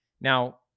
Now